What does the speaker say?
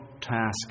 task